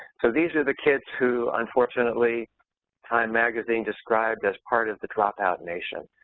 so these are the kids who unfortunately time magazine described as part of the dropout nation.